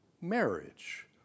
marriage